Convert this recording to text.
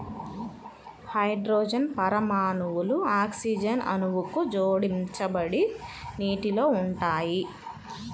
hydrogen పరమాణువులు oxygen అణువుకు జోడించబడి నీటిలో ఉంటాయి